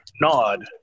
Nod